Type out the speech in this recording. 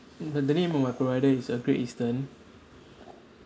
the the name of my provider is uh Great Eastern